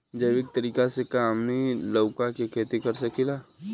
जैविक तरीका से का हमनी लउका के खेती कर सकीला?